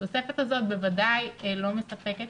התוספת הזאת בוודאי לא מספקת,